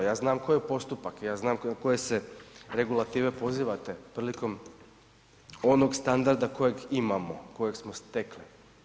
Ja znam koji je postupak, ja znam na koje se regulative pozivate prilikom onog standarda kojeg imamo, kojeg smo stekli.